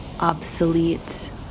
obsolete